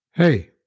hey